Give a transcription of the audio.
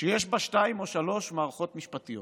שיש בה שתיים או שלוש מערכות משפטיות.